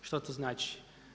Što to znači?